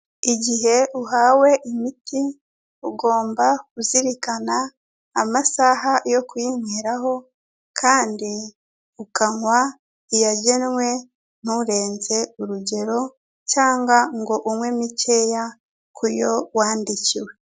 Igihe uhawe imiti, ugomba kuzirikana, amasaha yo kuyinyweraho, kandi ukanywa iyagenwe nturenze urugero, cyangwa ngo unywe mikeya ku yo wandikiwe.